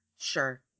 Sure